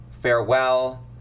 farewell